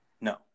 No